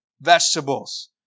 vegetables